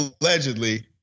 allegedly